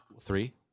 Three